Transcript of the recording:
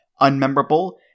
Unmemorable